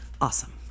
awesome